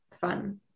fun